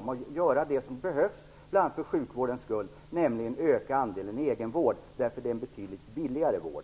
och att göra det som behövs, bl.a. för sjukvårdens skull, nämligen öka andelen egenvård, därför att det är en betydligt billigare vård.